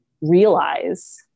realize